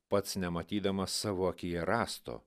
pats nematydamas savo akyje rąsto